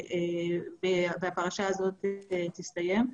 והפרשה הזאת תסתיים.